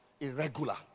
irregular